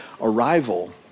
arrival